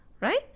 right